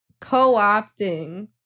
co-opting